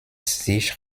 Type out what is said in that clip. sich